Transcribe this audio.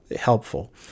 helpful